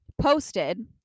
posted